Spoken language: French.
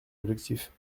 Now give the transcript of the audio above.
objectifs